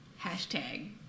hashtag